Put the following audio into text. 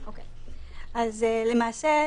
למעשה,